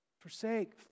Forsake